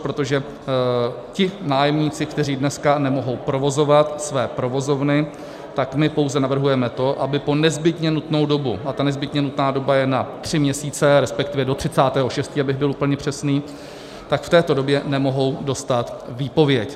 Protože ti nájemníci, kteří dneska nemohou provozovat své provozovny, tak my pouze navrhujeme to, aby po nezbytně nutnou dobu, a ta nezbytně nutná doba je na tři měsíce, respektive do 30. 6., abych byl úplně přesný, tak v této době nemohou dostat výpověď.